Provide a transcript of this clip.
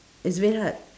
it's very hard